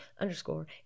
underscore